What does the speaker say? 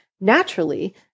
Naturally